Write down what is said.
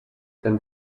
and